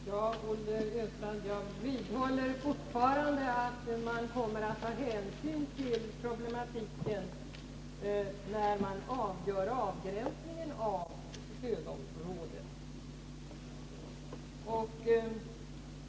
Herr talman! Jag vidhåller fortfarande, Olle Östrand, att man kommer att ta hänsyn till problematiken när man avgör avgränsningen av stödområdet.